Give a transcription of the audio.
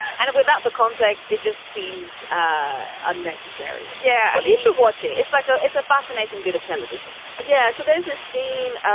and without the context it just seems unnecessary. yeah. well you should watch it. it's like oh it's a fascinating bit of television yeah so there's a scene